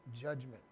judgment